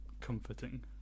comforting